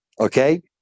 okay